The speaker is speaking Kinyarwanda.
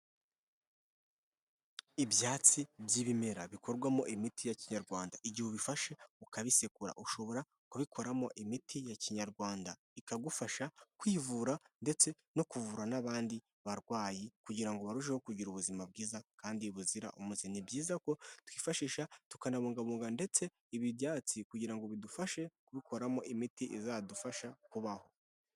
Ibyatsi by'ibimera bikorwamo imiti ya kinyarwanda igihe ubifashe ukabisekura ushobora kubikoramo imiti ya kinyarwanda, ikagufasha kwivura ndetse no kuvura n'abandi barwayi kugira ngo barusheho kugira ubuzima bwiza kandi buzira umuze, ni byiza ko twifashisha tukanabungabunga ndetse ibi ibyatsi kugira ngo bidufashe kubikoramo imiti izadufasha kubaho.